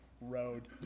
road